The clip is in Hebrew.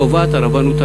קובעת הרבנות הראשית.